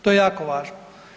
To je jako važno.